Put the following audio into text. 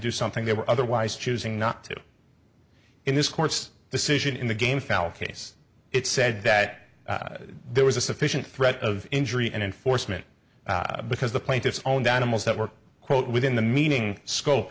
do something they were otherwise choosing not to do in this court's decision in the game fowl case it said that there was a sufficient threat of injury and enforcement because the plaintiff's own dynamos that were quote within the meaning scope